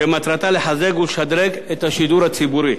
שמטרתה לחזק ולשדרג את השידור הציבורי.